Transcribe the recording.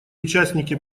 участники